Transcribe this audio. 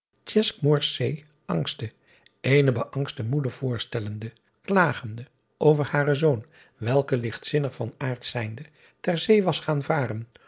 angste eene beangste oeder voorstellende klagende over haren zoon welke ligtzinnig van aard zijnde ter zee was gaan varen